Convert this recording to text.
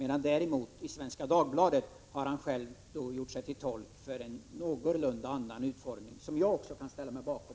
Men i Svenska Dagbladet har departementschefen gjort sig till tolk för en något annan utformning, som även jag kan ställa mig bakom.